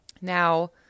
Now